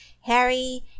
Harry